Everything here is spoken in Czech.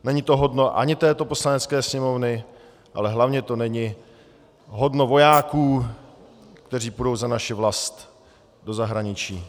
Není to hodno ani této Poslanecké sněmovny, ale hlavně to není hodno vojáků, kteří půjdou za naši vlast do zahraničí.